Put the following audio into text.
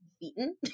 beaten